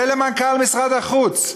ולמנכ"ל משרד החוץ,